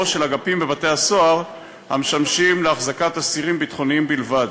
או של אגפים בבתי-הסוהר המשמשים להחזקת אסירים ביטחוניים בלבד,